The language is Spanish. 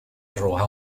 arroja